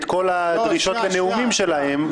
את כל הדרישות לנאומים שלהם.